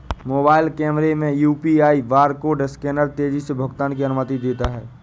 mobile कैमरे में UPI barcode scanner तेजी से भुगतान की अनुमति देता है